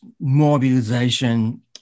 mobilization